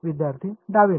विद्यार्थी डावे नोड